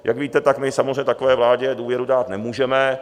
Jak víte, tak my samozřejmě takové vládě důvěru dát nemůžeme.